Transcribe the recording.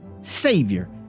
Savior